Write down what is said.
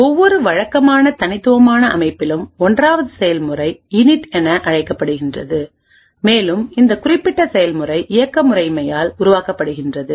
ஒவ்வொரு வழக்கமான தனித்துவமான அமைப்பிலும் ஒன்றாவது செயல்முறை இனிட் என அழைக்கப்படுகிறது மேலும் இந்த குறிப்பிட்ட செயல்முறை இயக்க முறைமையால் உருவாக்கப்படுகிறது